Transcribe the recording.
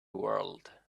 world